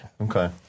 Okay